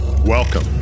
Welcome